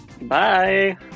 bye